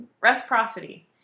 reciprocity